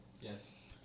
Yes